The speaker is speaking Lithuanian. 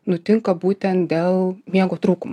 nutinka būtent dėl miego trūkumo